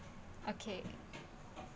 okay